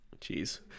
Jeez